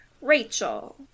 Rachel